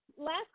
Last